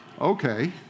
Okay